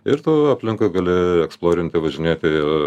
ir tu aplinkui gali eksplorinti važinėti